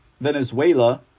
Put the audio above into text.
Venezuela